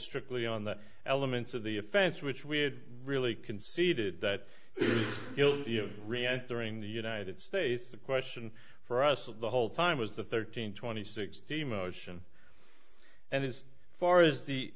trickly on the elements of the offense which we had really conceded that guilty of re entering the united states the question for us of the whole time was the thirteen twenty six the motion and as far as the